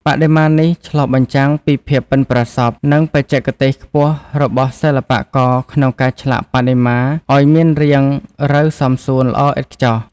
បដិមានេះឆ្លុះបញ្ចាំងពីភាពប៉ិនប្រសប់ និងបច្ចេកទេសខ្ពស់របស់សិល្បករក្នុងការឆ្លាក់បដិមាឱ្យមានរាងរៅសមសួនល្អឥតខ្ចោះ។